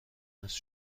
مونس